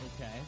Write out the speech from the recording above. Okay